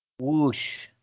whoosh